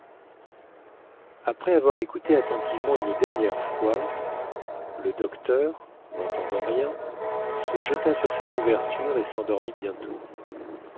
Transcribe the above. après avoir écouté attentivement une dernière fois le docteur n'entendant rien se jeta sur sa couverture et s'endormit bientôt